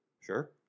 Sure